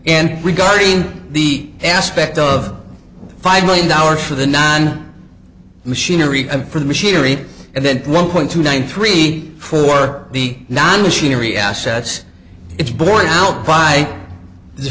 and regarding the aspect of five million dollars for the nine machinery for the machinery and then one point two nine three for the non machinery assets it's borne out by the